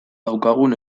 daukagun